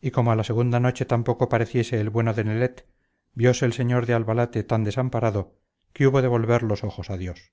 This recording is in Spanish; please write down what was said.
y como a la segunda noche tampoco pareciese el bueno de nelet viose el señor de albalate tan desamparado que hubo de volver los ojos a dios